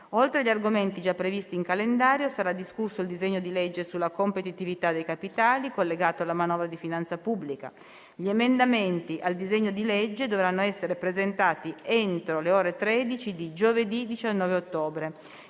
Oltre agli argomenti già previsti in calendario, sarà discusso il disegno di legge sulla competitività dei capitali, collegato alla manovra di finanza pubblica. Gli emendamenti al disegno di legge dovranno essere presentati entro le ore 13 di giovedì 19 ottobre.